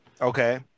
Okay